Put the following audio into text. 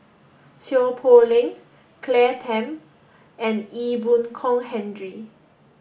Seow Poh Leng Claire Tham and Ee Boon Kong Henry